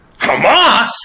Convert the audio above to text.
Hamas